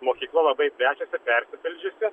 mokykla labai plečiasi persipildžiusi